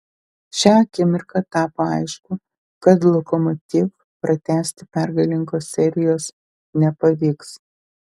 šią akimirką tapo aišku kad lokomotiv pratęsti pergalingos serijos nepavyks